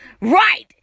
right